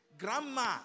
Grandma